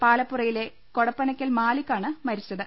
പാലപ്പുറയിലെ കൊടപ്പനക്കൽ മാലിക് ആണ് മരിച്ചത്